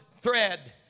thread